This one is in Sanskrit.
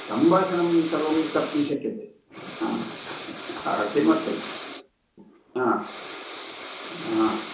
सम्भाषणं सर्वं कर्तुं शक्यते किमर्थम् आ आ